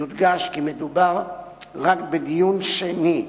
יודגש כי מדובר רק בדיון שני,